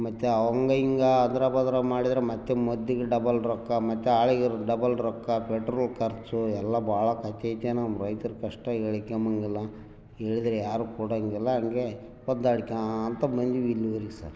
ಮತ್ತು ಹಂಗ ಹಿಂಗ ಅದ್ರ ಬದ್ರ ಮಾಡಿದ್ರೆ ಮತ್ತು ಮದ್ದಿಗೆ ಡಬಲ್ ರೊಕ್ಕ ಮತ್ತು ಆಳಿಗೆ ಡಬಲ್ ರೊಕ್ಕ ಪೆಟ್ರೋಲ್ ಖರ್ಚು ಎಲ್ಲ ಭಾಳಾಕತಿ ಐತೆ ನಮ್ಮ ರೈತ್ರ ಕಷ್ಟ ಹೇಳಿಕ್ಯಂಬಂಗಿಲ್ಲ ಹೇಳಿದ್ರ್ ಯಾರು ಕೊಡೋಂಗಿಲ್ಲ ಹಂಗೆ ಒದ್ದಾಡ್ಕೋಂತ ಬಂದೀವಿ ಇಲ್ಲಿವರ್ಗೆ ಸರ್